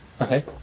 okay